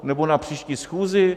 Nebo na příští schůzi?